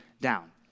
down